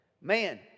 Man